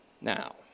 Now